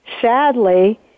sadly